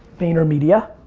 vaynermedia